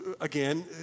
again